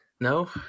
No